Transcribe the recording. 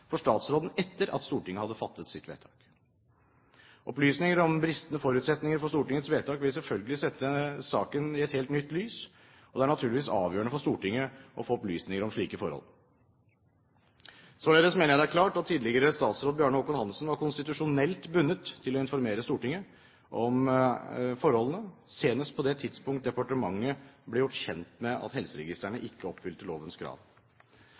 for statsråden etter at Stortinget hadde fattet sitt vedtak. Opplysninger om bristende forutsetninger for Stortingets vedtak vil selvfølgelig sette saken i et helt nytt lys, og det er naturligvis avgjørende for Stortinget å få opplysninger om slike forhold. Således mener jeg det er klart at tidligere statsråd Bjarne Håkon Hanssen var konstitusjonelt bundet til å informere Stortinget om forholdene senest på det tidspunkt departementet ble gjort kjent med at helseregistrene ikke oppfylte lovens krav.